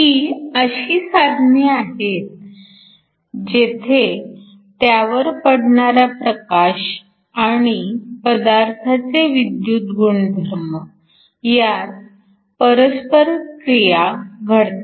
ही अशी साधने आहेत जेथे त्यावर पडणारा प्रकाश आणि पदार्थाचे विद्युत गुणधर्म यांत परस्परक्रिया घडते